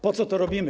Po co to robimy?